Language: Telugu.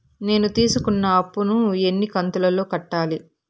నేను తీసుకున్న అప్పు ను ఎన్ని కంతులలో కట్టాలి?